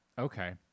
okay